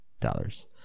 dollars